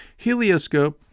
Helioscope